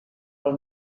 pel